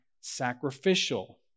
sacrificial